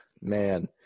man